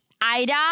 Ida